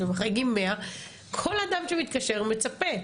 כשמחייגים מאה כל אדם שמתקשר מצפה,